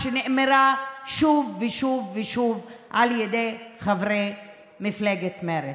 שנאמרה שוב ושוב ושוב על ידי חברי מפלגת מרצ.